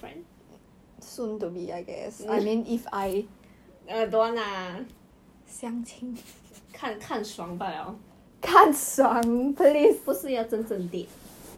yeah she she 根本都没有兴趣 why not cliff 很好 meh